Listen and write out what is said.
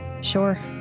Sure